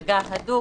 מהמגעים.